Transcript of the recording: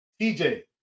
TJ